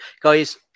guys